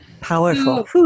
Powerful